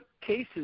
cases